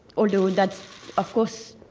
although that's, of course,